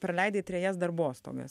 praleidai trejas darbostogas